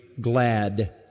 glad